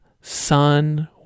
sun